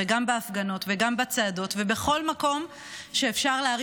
גם בהפגנות וגם בצעדות ובכל מקום שבו אפשר להרים